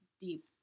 deep